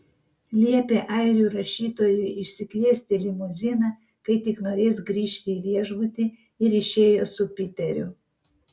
liepė airių rašytojui išsikviesti limuziną kai tik norės grįžti į viešbutį ir išėjo su piteriu